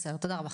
בסדר, תודה רבה.